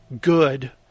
good